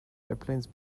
airplanes